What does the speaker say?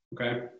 okay